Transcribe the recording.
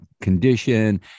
condition